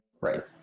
Right